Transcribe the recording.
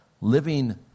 Living